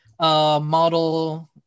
model